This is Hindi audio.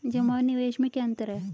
जमा और निवेश में क्या अंतर है?